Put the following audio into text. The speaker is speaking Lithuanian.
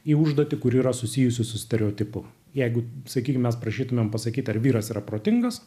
į užduotį kuri yra susijusi su stereotipu jeigu sakykim mes prašytumėm pasakyti ar vyras yra protingas